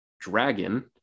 Dragon